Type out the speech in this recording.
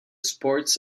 sports